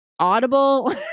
audible